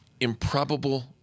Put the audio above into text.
improbable